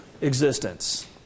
existence